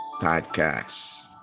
podcast